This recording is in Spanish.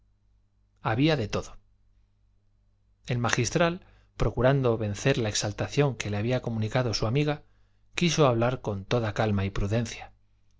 había de todo el magistral procurando vencer la exaltación que le había comunicado su amiga quiso hablar con toda calma y prudencia